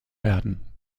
werden